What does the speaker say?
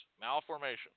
malformation